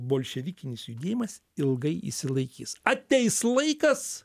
bolševikinis judėjimas ilgai išsilaikys ateis laikas